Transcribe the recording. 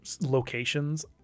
locations